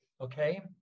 okay